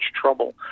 trouble